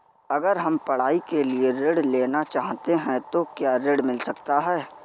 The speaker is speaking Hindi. अगर हम पढ़ाई के लिए ऋण लेना चाहते हैं तो क्या ऋण मिल सकता है?